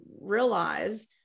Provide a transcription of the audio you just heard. realize